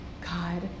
God